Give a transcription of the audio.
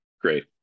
Great